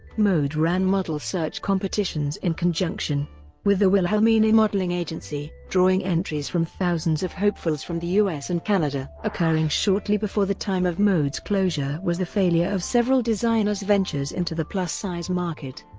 mode ran model search competitions in conjunction with the wilhelmina modeling agency, drawing entries from thousands of hopefuls from the us us and canada. occurring shortly before the time of modes closure was the failure of several designers' ventures into the plus-size market.